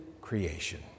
creation